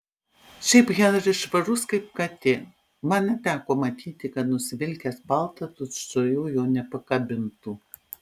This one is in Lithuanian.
šiaip henris švarus kaip katė man neteko matyti kad nusivilkęs paltą tučtuojau jo nepakabintų